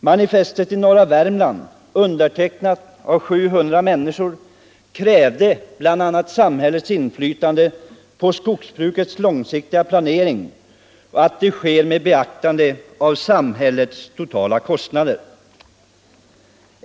Manifestet i norra Värmland, undertecknat av 700 människor, krävde bl.a. samhällets inflytande på skogsbrukets långsiktiga planering och att denna sker med beaktande av samhällets totala kostnader.